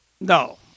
No